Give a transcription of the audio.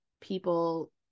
people